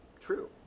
true